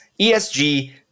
ESG